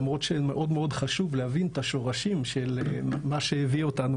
למרות שמאוד חשוב להבין את השורשים של מה שהביא אותנו